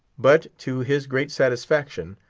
but to his great satisfaction,